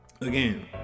Again